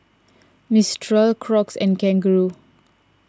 Mistral Crocs and Kangaroo